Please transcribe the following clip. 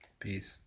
Peace